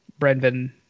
Brenvin